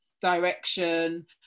direction